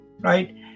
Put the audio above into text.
Right